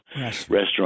restaurant